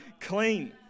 clean